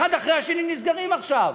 אחד אחרי השני נסגרים עכשיו.